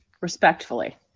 respectfully